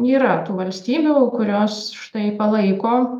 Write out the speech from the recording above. yra tų valstybių kurios štai palaiko